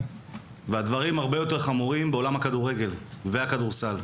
והדברים הרבה יותר חמורים בעולם הכדורגל והכדורסל.